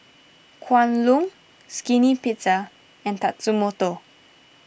Kwan Loong Skinny Pizza and Tatsumoto